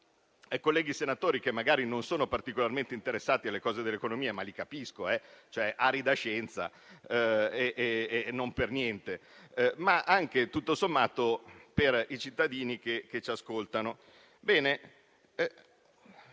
colleghi senatori, che magari non sono particolarmente interessati alle cose dell'economia - li capisco, è arida scienza e non per niente - e tutto sommato anche ai cittadini che ci ascoltano.